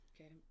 Okay